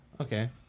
Okay